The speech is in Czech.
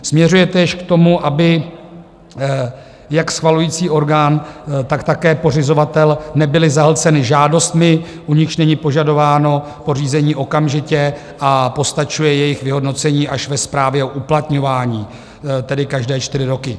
Směřuje též k tomu, aby jak schvalující orgán, tak také pořizovatel nebyly zahlceny žádostmi, u nichž není požadováno pořízení okamžitě a postačuje jejich vyhodnocení až ve správě o uplatňování, tedy každé čtyři roky.